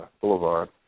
Boulevard